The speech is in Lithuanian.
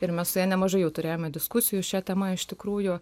ir mes su ja nemažai jau turėjome diskusijų šia tema iš tikrųjų